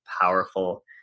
powerful